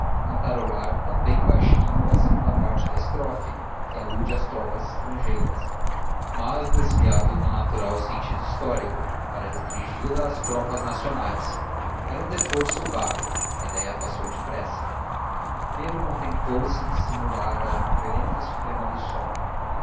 cantarolar também baixinho a segunda parte da estrofe entendez vous dans vos campagnes que alude às tropas estrangeiras mas desviada do natural sentido histórico para restringi la às tropas nacionais era um desforço vago a ideia passou depressa pedro contentou-se de simular a indiferença suprema do sono